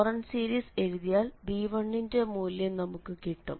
Laurent series എഴുതിയാൽ b1 ന്റെ മൂല്യം നമുക്ക് കിട്ടും